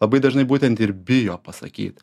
labai dažnai būtent ir bijo pasakyt